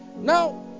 Now